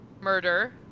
Murder